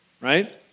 right